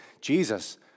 Jesus